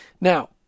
Now